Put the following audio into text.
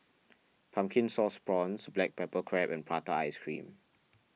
Pumpkin Sauce Prawns Black Pepper Crab and Prata Ice Cream